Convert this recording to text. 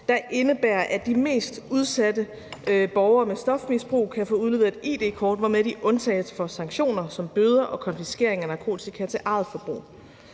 der indebærer, at de mest udsatte borgere med stofmisbrug kan få udleveret et id-kort, hvormed de undtages for sanktioner som bøder og konfiskering af narkotika til eget forbrug.